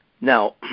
Now